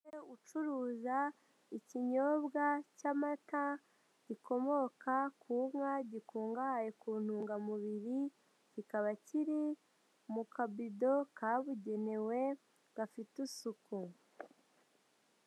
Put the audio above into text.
Umuntu uri gucuruza ikinyobwa cy'amata gikomoka ku nka, gikungahaye ku ntungamubiri, kikaba kiri mu kavido kabugenewe gafite isuku.